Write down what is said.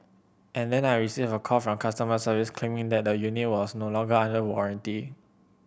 and then I received a call from customer service claiming that the unit was no longer under warranty